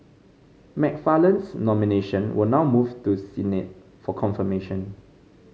McFarland's nomination will now move to the Senate for confirmation